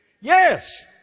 Yes